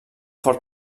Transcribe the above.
fort